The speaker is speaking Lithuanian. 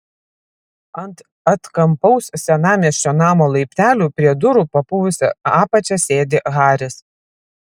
ant atkampaus senamiesčio namo laiptelių prie durų papuvusia apačia sėdi haris